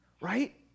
Right